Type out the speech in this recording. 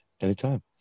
Anytime